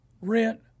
rent